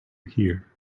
here